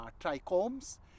trichomes